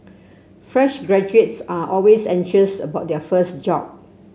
fresh graduates are always anxious about their first job